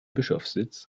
bischofssitz